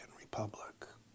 Republic